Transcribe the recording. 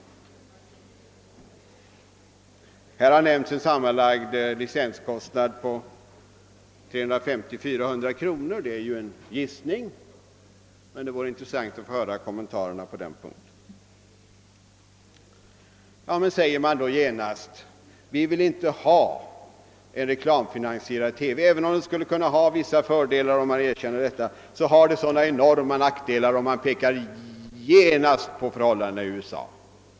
Det har gissningsvis nämnts en sammanlagd licenskostnad på 350— 400 kronor, men det vore intressant att få höra några kommentarer på den punkten. Då säger man: Vi vill inte ha någon reklamfinansierad TV. även om denna skulle ge vissa fördelar — vilket man alltså erkänner — skulle den ha enormt stora nackdelar. Och man pekar så genast på förhållandena i USA.